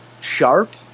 Sharp